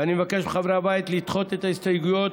ואני מבקש מחברי הבית לדחות את ההסתייגויות